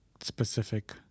specific